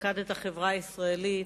פקד את החברה הישראלית,